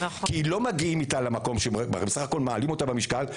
כי לא מגיעים איתה למקום ובסך-הכול מעלים אותה במשקל.